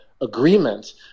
agreement